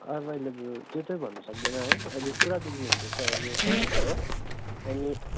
एभाइलेभल त्यो चाहिँ भन्नु सक्दिनँ है अहिले पुरा बिक्री हुँदैछ अहिले त्यही जुत्ता हो अनि